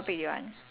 okay